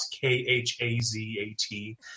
k-h-a-z-a-t